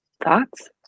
Thoughts